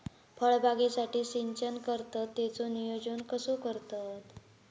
फळबागेसाठी सिंचन करतत त्याचो नियोजन कसो करतत?